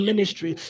Ministry